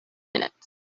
minutes